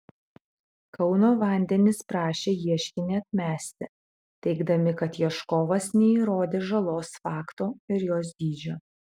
kauno vandenys prašė ieškinį atmesti teigdami kad ieškovas neįrodė žalos fakto ir jos dydžio